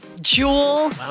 Jewel